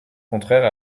contraire